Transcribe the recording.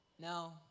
No